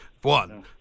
one